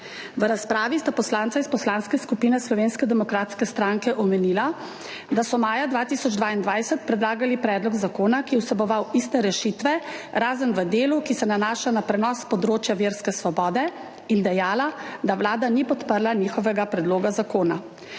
V razpravi sta poslanca iz Poslanske skupine Slovenske demokratske stranke omenila, da so maja 2022 predlagali predlog zakona, ki je vseboval iste rešitve, razen v delu, ki se nanaša na prenos področja verske svobode, in dejala, da Vlada ni podprla njihovega predloga zakona.